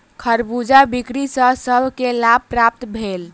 खरबूजा बिक्री सॅ सभ के लाभ प्राप्त भेल